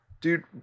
Dude